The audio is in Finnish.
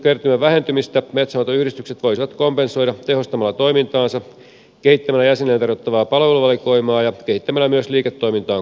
kokonaiskertymän vähentymistä metsänhoitoyhdistykset voisivat kompensoida tehostamalla toimintaansa kehittämällä jäsenilleen tarjottavaa palveluvalikoimaa ja kehittämällä myös liiketoimintaan kuuluvia palveluja